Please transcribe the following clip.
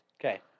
Okay